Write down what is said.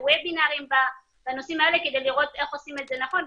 ובינרים וחשיבה בנושאים האלה כדי לראות איך עושים את זה נכון,